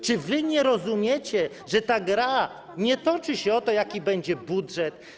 Czy wy nie rozumiecie, że ta gra nie toczy się o to, jaki będzie budżet?